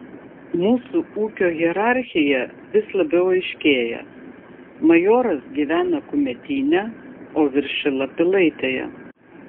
mūsų ūkio hierarchija vis labiau aiškėja majoras gyvena kumetyne o viršila pilaitėje